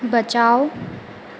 बचाओ